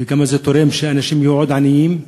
וכמה זה תורם שאנשים יהיו עוד יותר עניים.